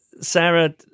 Sarah